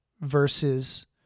versus